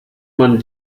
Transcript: man